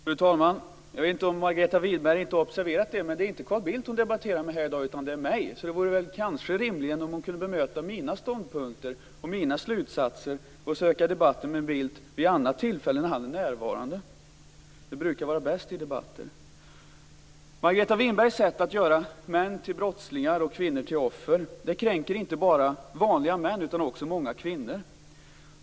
Fru talman! Jag vet inte om Margareta Winberg har observerat det, men det är inte Carl Bildt hon debatterar med i dag utan det är med mig. Det vore kanske rimligt om hon kunde bemöta mina ståndpunkter och mina slutsatser och söka debatten med Bildt vid annat tillfälle, när han är närvarande. Det brukar vara bäst i debatter. Margareta Winbergs sätt att göra män till brottslingar och kvinnor till offer kränker inte bara vanliga män utan också många kvinnor.